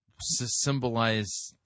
symbolize